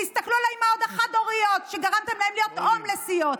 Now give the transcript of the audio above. תסתכלו על האימהות החד-הוריות שגרמתן להן להיות הומלסיות,